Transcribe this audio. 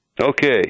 Okay